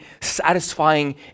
satisfying